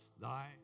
thy